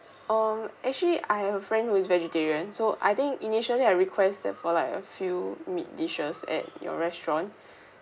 um actually I have a friend who is vegetarian so I think initially I requested for like a few meat dishes at your restaurant